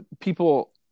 people